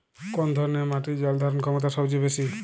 কোন ধরণের মাটির জল ধারণ ক্ষমতা সবচেয়ে বেশি?